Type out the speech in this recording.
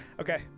Okay